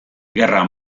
gerra